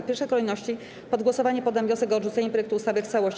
W pierwszej kolejności pod głosowanie poddam wniosek o odrzucenie projektu ustawy w całości.